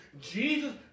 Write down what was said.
Jesus